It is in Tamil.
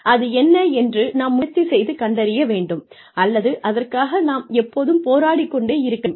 அது என்ன என்று நாம் முயற்சி செய்து கண்டறிய வேண்டும் அல்லது அதற்காக நாம் எப்போதும் போராடிக் கொண்டே இருக்க வேண்டும்